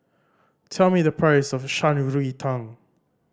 tell me the price of Shan Rui Tang